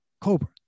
Cobra